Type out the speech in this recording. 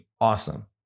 awesome